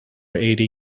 eighty